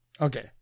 okay